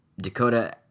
Dakota